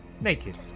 Naked